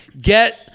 get